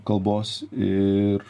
kalbos ir